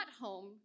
home